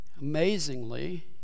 amazingly